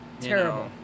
terrible